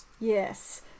yes